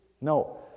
No